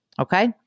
Okay